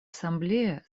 ассамблея